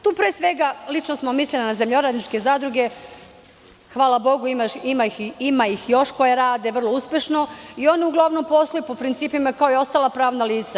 Tu smo mislili na zemljoradničke zadruge, hvala bogu, ima ih još koje rade vrlo uspešno i one uglavnom posluju po principima kao i ostala pravna lica.